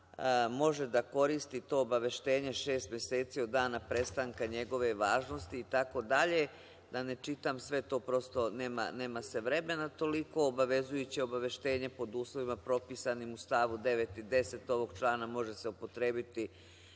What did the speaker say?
može da koristi to obaveštenje šest meseci od dana prestanka njegove važnosti i tako dalje, da ne čitam sve to, prosto nema se vremena toliko. Obavezujuće obaveštenje pod uslovima propisanim u stavu 9. i 10. ovog člana može se upotrebiti